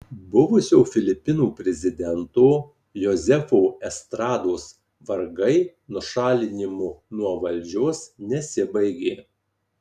buvusio filipinų prezidento jozefo estrados vargai nušalinimu nuo valdžios nesibaigė